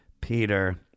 Peter